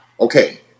Okay